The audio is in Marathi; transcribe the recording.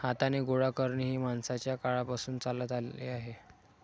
हाताने गोळा करणे हे माणसाच्या काळापासून चालत आले आहे